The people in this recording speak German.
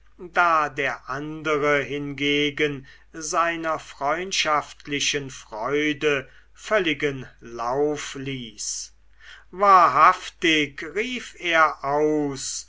da der andere hingegen seiner freundschaftlichen freude völligen lauf ließ wahrhaftig rief er aus